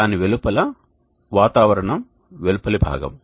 దాని వెలుపల వాతావరరణం వెలుపలి భాగం